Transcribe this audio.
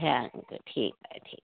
thank you ठीक आहे ठीक आहे